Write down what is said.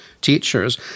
teachers